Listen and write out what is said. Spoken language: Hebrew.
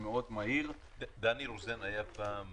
דני רוזן היה פעם